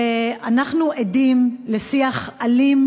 אנחנו עדים לשיח אלים